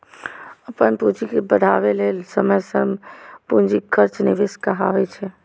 अपन पूंजी के बढ़ाबै लेल समय, श्रम, पूंजीक खर्च निवेश कहाबै छै